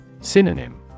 Synonym